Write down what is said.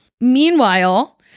Meanwhile